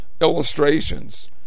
illustrations